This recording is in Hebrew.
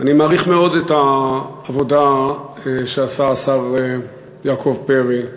אני מעריך מאוד את העבודה שעשה השר יעקב פרי,